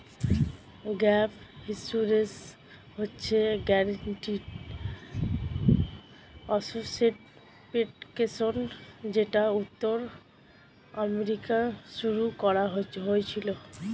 gap insurance হচ্ছে guaranteed asset protection যেটা উত্তর আমেরিকায় শুরু করা হয়েছিল